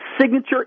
signature